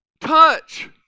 Touch